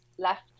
Left